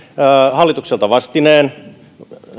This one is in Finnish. hallitukselta vastineen